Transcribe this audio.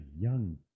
young